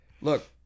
look